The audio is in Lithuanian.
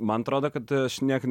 man atrodo kad aš niekad